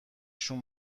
شون